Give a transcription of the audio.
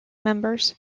members